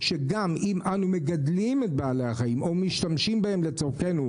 שגם אם אנו מגדלים את בעלי-החיים או משתמשים בהם לצרכינו,